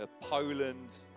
Poland